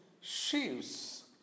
sheaves